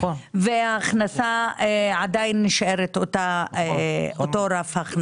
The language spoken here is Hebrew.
וההכנסה עדיין נשארת באותו הרף.